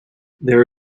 there